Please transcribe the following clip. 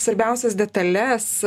svarbiausias detales